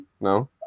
No